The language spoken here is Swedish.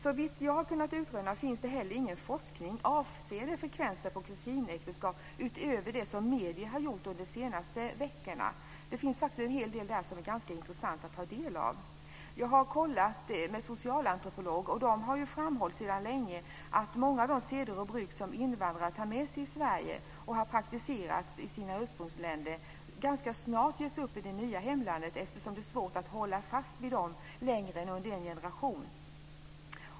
Såvitt jag har kunnat utröna finns det inte heller någon forskning avseende frekvensen av kusinäktenskap, utöver det som medierna har gjort under de senaste veckorna. Det finns faktiskt en hel del där som är ganska intressant att ta del av. Jag har kontrollerat med socialantropologer som länge har framhållit att många av de seder och bruk som invandrare har praktiserat i sina ursprungsländer och tar med sig till Sverige ganska snart ges upp i det nya hemlandet, eftersom det är svårt att hålla fast vid dem längre än under en generation.